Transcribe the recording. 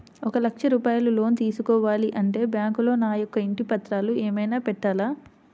ఒక లక్ష రూపాయలు లోన్ తీసుకోవాలి అంటే బ్యాంకులో నా యొక్క ఇంటి పత్రాలు ఏమైనా పెట్టాలా?